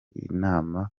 inama